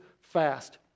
fast